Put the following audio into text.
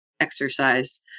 exercise